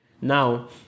Now